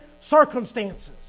circumstances